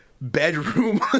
Bedroom